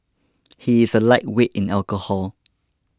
he is a lightweight in alcohol